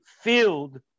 filled